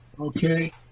Okay